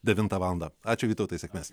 devintą valandą ačiū vytautai sėkmės